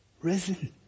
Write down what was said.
risen